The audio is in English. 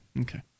Okay